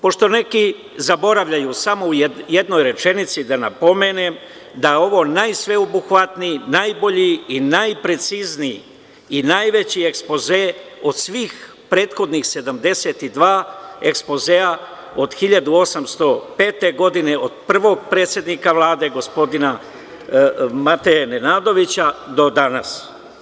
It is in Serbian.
Pošto neki zaboravljaju samo u jednoj rečenici da napomenem, da je ovo najsveobuhvatniji, najbolji i najprecizniji i najveći ekspoze od svih prethodnih 72 ekspozea od 1805. godine, od prvog predsednika Vlade, gospodina Mateje Nenadovića, do danas.